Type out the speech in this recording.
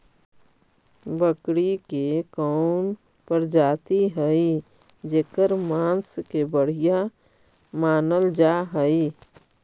बकरी के कौन प्रजाति हई जेकर मांस के बढ़िया मानल जा हई?